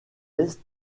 est